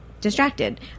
distracted